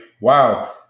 wow